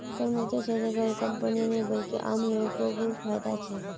करमुक्त क्षेत्रत केवल कंपनीय नी बल्कि आम लो ग को फायदा छेक